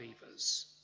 believers